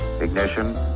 ignition